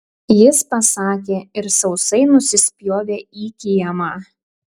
jis pasakė ir sausai nusispjovė į kiemą